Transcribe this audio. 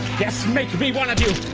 yes, make me one of you!